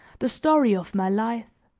the story of my life